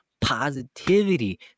positivity